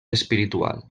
espiritual